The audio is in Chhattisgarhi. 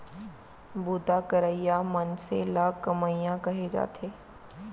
बूता करइया मनसे ल कमियां कहे जाथे